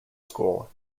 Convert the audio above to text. school